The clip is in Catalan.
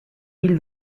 fill